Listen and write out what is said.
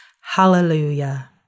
Hallelujah